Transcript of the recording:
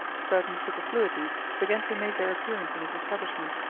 certain superfluities began to make their appearance in his establishment.